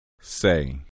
Say